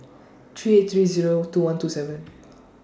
three eight three Zero two one two seven